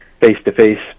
face-to-face